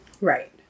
Right